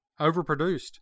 overproduced